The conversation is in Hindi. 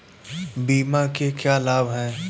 बीमा के क्या लाभ हैं?